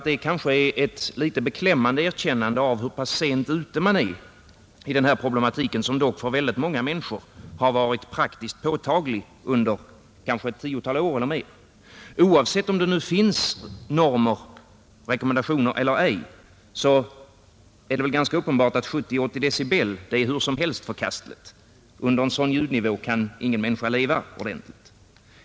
Det är ett rätt beklämmande erkännande av hur sent ute man är i denna problematik, som dock för många människor varit praktiskt påtaglig under kanske ett tiotal år eller mer. Oavsett om det finns normer, rekommendationer, eller ej, är det ganska uppenbart att 70—80 decibel är förkastligt. Med en sådan ljudnivå kan ingen människa leva ordentligt.